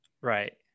Right